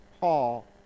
Paul